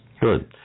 Good